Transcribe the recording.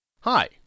Hi